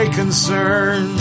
concern